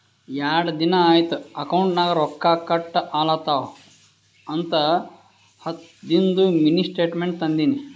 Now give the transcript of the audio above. ಯಾಡ್ ದಿನಾ ಐಯ್ತ್ ಅಕೌಂಟ್ ನಾಗ್ ರೊಕ್ಕಾ ಕಟ್ ಆಲತವ್ ಅಂತ ಹತ್ತದಿಂದು ಮಿನಿ ಸ್ಟೇಟ್ಮೆಂಟ್ ತಂದಿನಿ